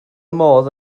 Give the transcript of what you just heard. modd